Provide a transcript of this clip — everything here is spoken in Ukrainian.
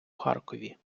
харкові